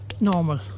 normal